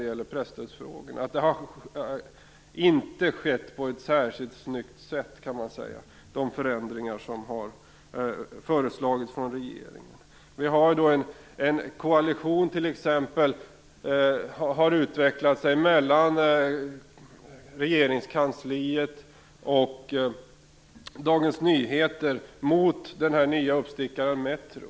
Jag håller starkt med Birgit Friggebo om att de förändringar som regeringen föreslagit i presstödsfrågorna inte har gjorts på ett särskilt snyggt sätt. Det har utvecklats en koalition mellan regeringskansliet och Dagens Nyheter mot den nya uppstickaren Metro.